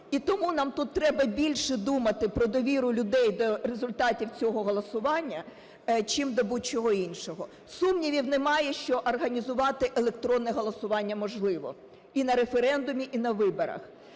І тому нам тут треба більше думати про довіру людей до результатів цього голосування, чим до будь-чого іншого. Сумнівів немає, що організувати електронне голосування можливо і на референдумі і на виборах.